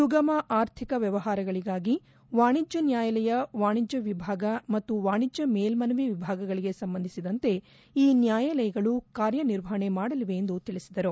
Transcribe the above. ಸುಗಮ ಆರ್ಥಿಕ ವ್ಯವಹಾರಗಳಿಗಾಗಿ ವಾಣಿಜ್ಯ ನ್ಯಾಯಾಲಯ ವಾಣಿಜ್ಯ ವಿಭಾಗ ಹಾಗೂ ವಾಣಿಜ್ಯ ಮೇಲ್ಗನವಿ ವಿಭಾಗಗಳಿಗೆ ಸಂಬಂಧಿಸಿದಂತೆ ಈ ನ್ಯಾಯಾಲಯಗಳು ಕಾರ್ಯನಿರ್ವಹಣೆ ಮಾಡಲಿವೆ ಎಂದು ತಿಳಿಸಿದರು